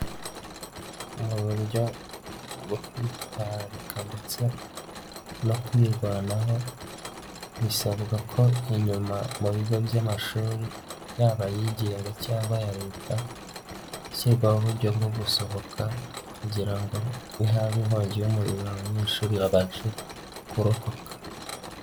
Mu uburyo bwo kwitwararika ndetse no kwirwanaho bisabwa ko inyuma mu bigo by'amashuri yaba ayigenga cyangwa aya leta, hashyirwaho uburyo bwo gusohoka kugira ngo nihabaho inkongi y'umurimo abanyeshuri abashe kurokoka.